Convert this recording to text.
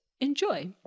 enjoy